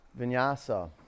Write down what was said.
Vinyasa